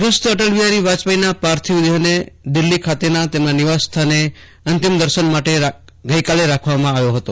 સ્વર્ગસ્થ અટલ બિહારી વાજપેયીના પાર્થિવ દેહને દિલ્હી ખાતે ના તેમના નિવાસસ્થાને અત્રીમ દર્શન માટે રાખવામાં આવ્યા હતા